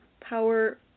power